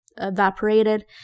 evaporated